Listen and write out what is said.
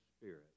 spirit